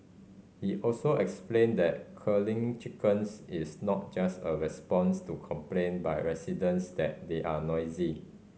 he also explained that culling chickens is not just a response to complaint by residents that they are noisy